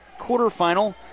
quarterfinal